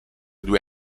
due